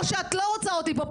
או שאת לא רוצה אותי פה,